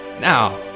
Now